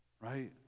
right